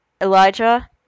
Elijah